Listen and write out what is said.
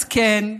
אז כן,